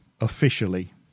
officially